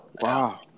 Wow